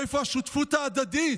איפה השותפות ההדדית?